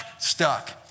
stuck